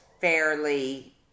fairly